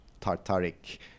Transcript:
Tartaric